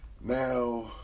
Now